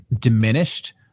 diminished